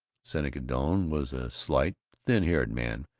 seneca doane was a slight, thin-haired man,